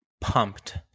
pumped